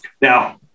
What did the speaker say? Now